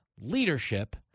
leadership